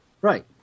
right